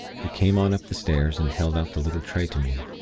he came on up the stairs, and held out the little tray to me.